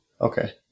Okay